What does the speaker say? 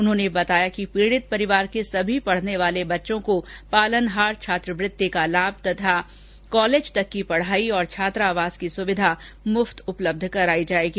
उन्होंने बताया कि पीड़ित परिवार के सभी पढ़ने वाले बच्चों को पालनहार छात्रवृति का लाभ तथा कॉलेज तक की पढाई तथा छात्रावास की सुविधा मुफ़त उपलब्ध करायी जायेगी